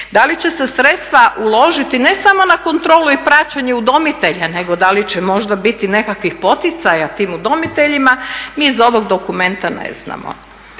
da li će sredstva uložiti ne samo na kontrolu i praćenje udomitelja, nego da li će možda biti nekakvih poticaja tim udomiteljima, mi iz ovog dokumenta ne znamo.